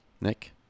Nick